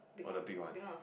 or the big one